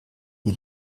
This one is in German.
die